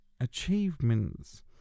achievements